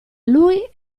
lui